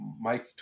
Mike